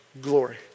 glory